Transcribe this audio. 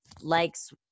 likes